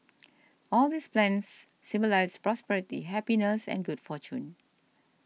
all these plants symbolise prosperity happiness and good fortune